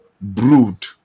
brood